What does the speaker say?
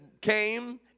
came